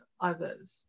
others